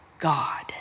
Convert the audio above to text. God